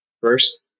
First